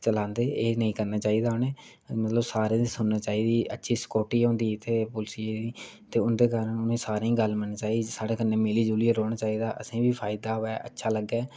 चलांदे एह् नेईं करना चाही दा उनें मतलव सारें दी सुनना चाही दी मतलव अच्छी सक्युरिटी होंदी इत्थें पुलसियें दी ते उंदे कारन उने सारें गी गल्ल मन्ननी चाही दी साढ़ै कन्नै मिली जुलियै रौह्ना चाही दा असेंगी बी अच्छा लग्गै